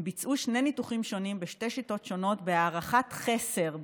הם ביצעו שני ניתוחים שונים בשתי שיטות שונות בהערכת חסר,